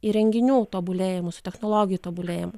įrenginių tobulėjimu su technologijų tobulėjimu